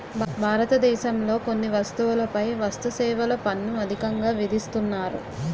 భారతదేశంలో కొన్ని వస్తువులపై వస్తుసేవల పన్ను అధికంగా విధిస్తున్నారు